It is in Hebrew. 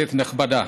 כנסת נכבדה,